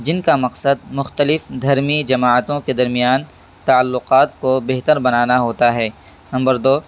جن کا مقصد مختلف دھرمی جماعتوں کے درمیان تعلقات کو بہتر بنانا ہوتا ہے نمبر دو